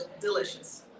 delicious